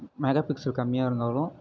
megapixel கம்மியாக இருந்தாலும்